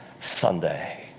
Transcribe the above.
Sunday